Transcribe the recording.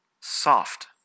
soft